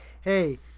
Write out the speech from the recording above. hey